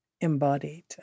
embodied